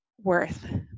worth